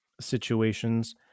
situations